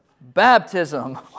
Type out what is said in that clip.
Baptism